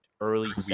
early